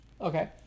Okay